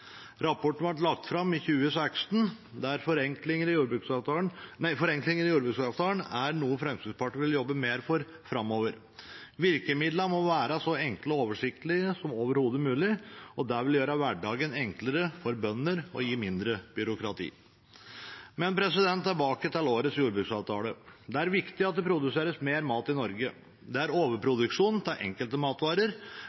Rapporten ble lagt fram i 2016, men forenklinger i jordbruksavtalen er noe Fremskrittspartiet vil jobbe mer for framover. Virkemidlene må være så enkle og oversiktlige som overhodet mulig. Det vil gjøre hverdagen enklere for bønder og gi mindre byråkrati. Men tilbake til årets jordbruksavtale. Det er viktig at det produseres mer mat i Norge. Det er